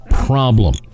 problem